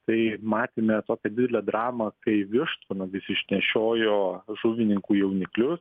tai matėme tokią didilę dramą kai vištvanagis išnešiojo žuvininkų jauniklius